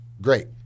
great